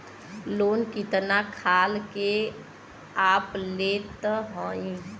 Loan कितना खाल के आप लेत हईन?